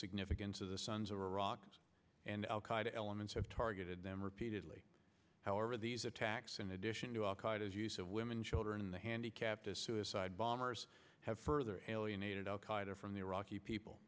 significance of the sons of iraq and al qaeda elements have targeted them repeatedly however these attacks in addition to al qaeda is use of women children the handicapped as suicide bombers have further alienated al qaeda from the iraqi people